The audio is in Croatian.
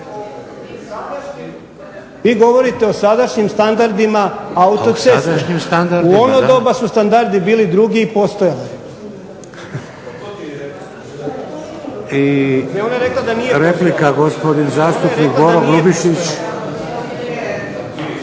Vi govorite o sadašnjim standardima autoceste, u ono doba su standardi bili drugi i postojala je. **Šeks, Vladimir (HDZ)** I replika gospodin zastupnik Boro Grubišić.